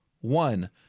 one